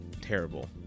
terrible